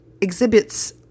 exhibits